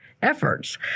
efforts